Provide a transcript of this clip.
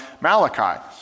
Malachi